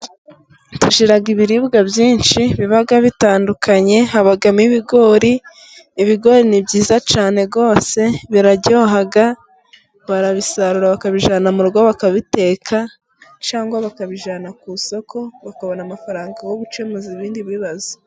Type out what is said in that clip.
Hashira ibiribwa byinshi biba bitandukanye habamo ibigori. Ibigori ni byiza cyane rwose biraryoha barabisarura bakabijyana mu rugo bakabiteka cyangwa bakabijyana ku isoko bakabona amafaranga yo gukemuza ibindi bibazo.